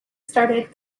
started